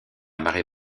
marée